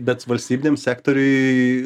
bet valstybiniam sektoriui